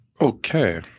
Okay